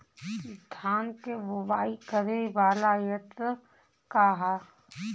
धान के बुवाई करे वाला यत्र का ह?